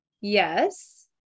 Yes